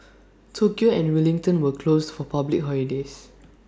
Tokyo and Wellington were closed for public holidays